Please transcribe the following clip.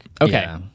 Okay